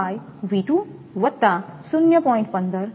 15V1 બનશે